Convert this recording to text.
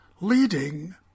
leading